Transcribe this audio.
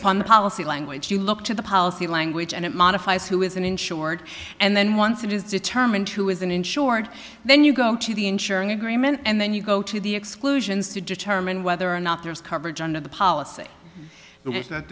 the policy language you look to the policy language and it modifies who is an insured and then once it is determined who is an insured then you go to the insuring agreement and then you go to the exclusions to determine whether or not there's coverage under the policy